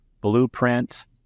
blueprint